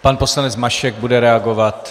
Pan poslanec Mašek bude reagovat.